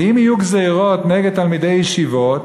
ואם יהיו גזירות נגד תלמידי ישיבות,